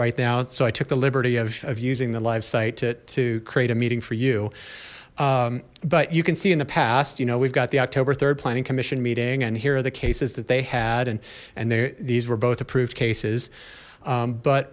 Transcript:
are right now so i took the liberty of using the live site to create a meeting for you but you can see in the past you know we've got the october rd planning commission meeting and here are the cases that they had and and there these were both approved cases